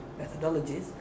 Methodologies